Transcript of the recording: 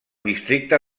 districte